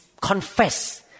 confess